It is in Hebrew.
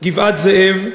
גבעת-זאב,